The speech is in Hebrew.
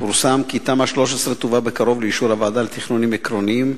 פורסם כי תמ"א 13 תובא בקרוב לאישור הוועדה לתכנונים עקרוניים.